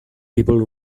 people